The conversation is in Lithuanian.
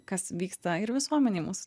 kas vyksta ir visuomenėj mūsų